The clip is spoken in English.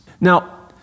Now